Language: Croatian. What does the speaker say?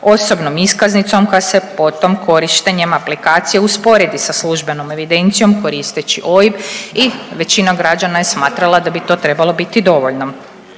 osobnom iskaznicom, koja se potom korištenjem aplikacijom usporedi sa službenom evidencijom koristeći OIB i većina građana je smatrala da bi to trebalo biti dovoljno.